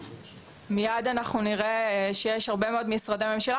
מיד אנחנו נראה שיש הרבה מאוד משרדי ממשלה